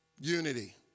unity